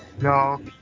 No